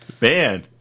Man